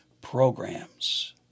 programs